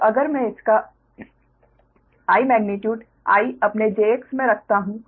तो अगर मैं आपका I मेग्नीट्यूड I अपने j X में रखता हूँ